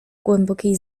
głębokiej